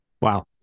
Wow